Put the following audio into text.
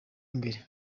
imbere